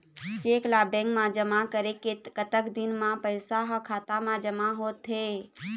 Cheque ला bank मा जमा करे के कतक दिन मा पैसा हा खाता मा जमा होथे थे?